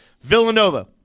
Villanova